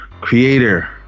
creator